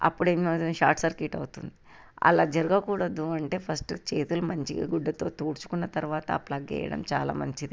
అప్పుడే short circuit అవుతుంది అలా జరగకూడదు అంటే ఫస్ట్ చేతులు మంచిగా గుడ్డతో తుడుచుకున్న తరువాత ఆ ప్లగ్ వేయడం చాలా మంచిది